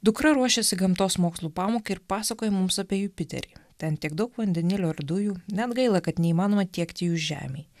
dukra ruošiasi gamtos mokslų pamokai ir pasakoja mums apie jupiterį ten tiek daug vandenilio ir dujų net gaila kad neįmanoma tiekti jų žemei